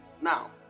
Now